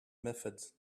methods